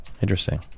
Interesting